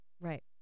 Right